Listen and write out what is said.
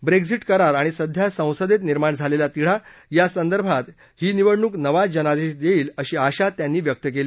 Brexit करार आणि सध्या संसदेत निर्माण झालेला तिढा यासंदर्भात ही निवडणूक नवा जनादेश देईल अशी आशा त्यांनी व्यक्त केली